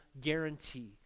guarantee